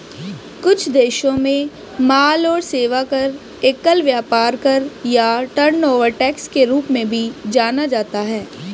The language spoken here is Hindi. कुछ देशों में माल और सेवा कर, एकल व्यापार कर या टर्नओवर टैक्स के रूप में भी जाना जाता है